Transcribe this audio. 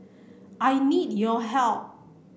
I need your help